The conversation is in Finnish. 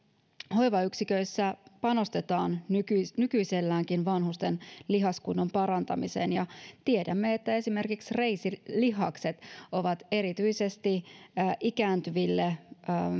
hoivayksiköissä panostetaan nykyiselläänkin vanhusten lihaskunnon parantamiseen tiedämme että esimerkiksi vahvat reisilihakset ovat erityisesti ikääntyville